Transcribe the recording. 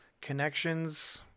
connections –